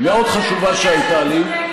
מאוד חשובה שהייתה לי,